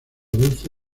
dulce